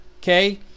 okay